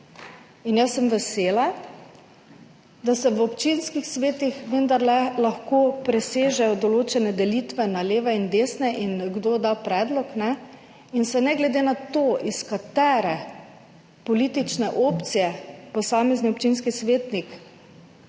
In jaz sem vesela, da se v občinskih svetih vendarle lahko presežejo določene delitve na leve in desne oziroma na to, kdo da predlog, in se ne glede na to, iz katere politične opcije posamezni občinski svetnik